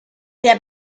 der